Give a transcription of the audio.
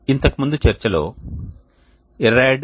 ఇంతకుముందు చర్చలో errad